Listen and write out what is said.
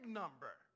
number